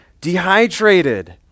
dehydrated